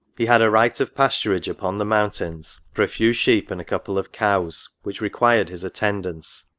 he had a right of pasturage upon the mountains for a few sheep and a couple of cows, which required his attendance